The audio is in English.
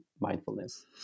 mindfulness